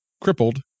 crippled